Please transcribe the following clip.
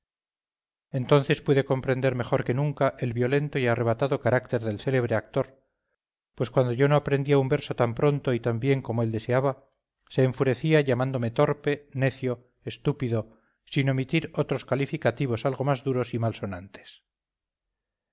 entonces pude comprender mejor que nunca el violento y arrebatado carácter del célebre actor pues cuando yo no aprendía un verso tan pronto y tan bien como él deseaba se enfurecía llamándome torpe necio estúpido sin omitir otros calificativos algo más duros y malsonantes